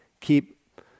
keep